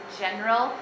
general